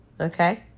Okay